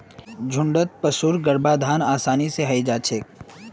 झुण्डत पशुर गर्भाधान आसानी स हई जा छेक